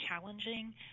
challenging